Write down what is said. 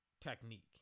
technique